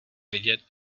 vidět